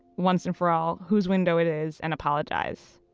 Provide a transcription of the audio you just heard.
once and for all, whose window it is and apologize.